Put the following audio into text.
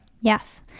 Yes